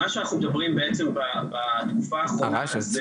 מה שאנחנו מדברים בעצם בתקופה האחרונה,